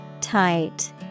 Tight